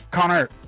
Connor